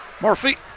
Murphy